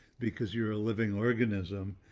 because you're a living organism.